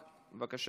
נעבור להצבעה.